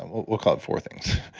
we'll call it four things.